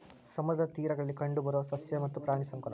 ಸಮುದ್ರದ ತೇರಗಳಲ್ಲಿ ಕಂಡಬರು ಸಸ್ಯ ಮತ್ತ ಪ್ರಾಣಿ ಸಂಕುಲಾ